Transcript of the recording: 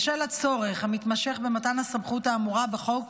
בשל הצורך המתמשך במתן הסמכות האמורה בחוק